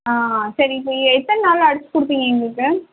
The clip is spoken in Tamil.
ஆ சரி இப்போ எத்தனை நாளில் அடித்துக் கொடுப்பீங்க எங்களுக்கு